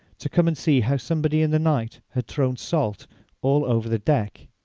to come and see how somebody in the night had thrown salt all over the deck.